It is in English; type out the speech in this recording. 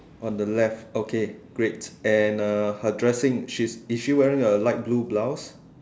on the left okay great and uh her dressing she is she wearing a light blue blouse